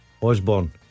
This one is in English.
Osborne